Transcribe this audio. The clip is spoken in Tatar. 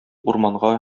урманга